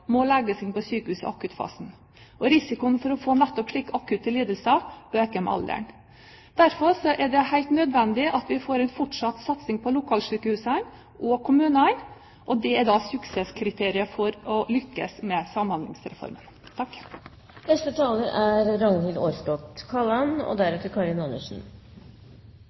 må legges inn på sykehus i akuttfasen. Og risikoen for å få nettopp slike akutte lidelser øker med alderen. Det er derfor helt nødvendig at vi får en fortsatt satsing på lokalsykehusene og på kommunene. Det er et suksesskriterium dersom vi skal lykkes med Samhandlingsreformen. To viktige ord for gode velferdstenester til innbyggjarane i dette landet er nærleik til tenestene og